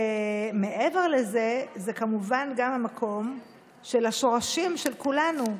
מעבר לזה זה כמובן גם המקום של השורשים של כולנו.